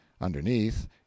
Underneath